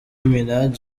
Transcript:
minaj